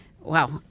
wow